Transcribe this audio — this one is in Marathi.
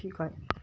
ठीक आहे